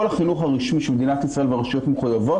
כל החינוך הרשמי שמדינת ישראל והרשויות מחויבות